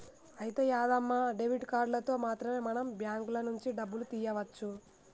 అయితే యాదమ్మ డెబిట్ కార్డులతో మాత్రమే మనం బ్యాంకుల నుంచి డబ్బులు తీయవచ్చు